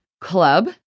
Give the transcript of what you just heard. club